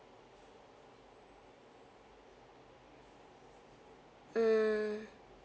hmm